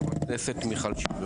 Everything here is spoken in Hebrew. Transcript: חברת הכנסת מיכל שיר, בבקשה.